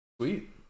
Sweet